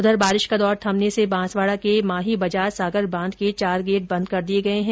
उधर बारिश का दौर थमने से बांसवाडा के माही बजाज सागर बांध के चार गेट बंद कर दिये गये है